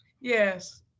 yes